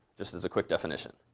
just as a quick definition?